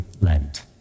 Lent